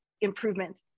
improvement